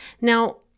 Now